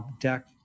deck